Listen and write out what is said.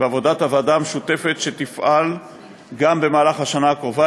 ועבודת הוועדה המשותפת שתפעל גם בשנה הקרובה,